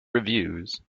reviews